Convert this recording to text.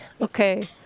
Okay